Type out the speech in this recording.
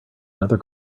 another